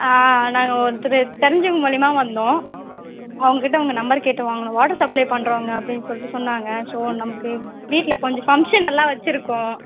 ஆ நாங்கள் ஒருத்தர் தெரிஞ்சவங்க மூலயமா வந்தோம் அவங்ககிட்ட உங்கள் நம்பர் கேட்டு வாங்கினோம் வாட்டர் சப்ளை பண்ணுறவங்க அப்படின்னு சொல்லிட்டு சொன்னாங்க ஸோ நமக்கு வீட்டில் கொஞ்சம் ஃபங்க்ஷனெல்லாம் வச்சுருக்கோம்